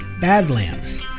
Badlands